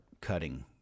cutting